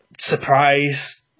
surprise